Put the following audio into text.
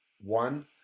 one